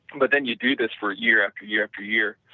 but then you do this for year after year after year,